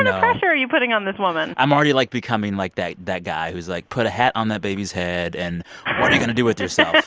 and of pressure are you putting on this woman? i'm already, like, becoming, like, that that guy who's, like, put a hat on that baby's head. and what are you going to do with yourself? like,